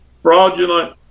fraudulent